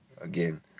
again